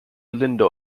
lindo